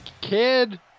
Kid